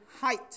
height